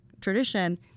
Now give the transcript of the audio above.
tradition